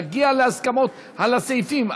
להגיע להסכמות על הסעיפים,